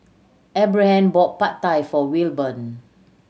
Abraham bought Pad Thai for Wilburn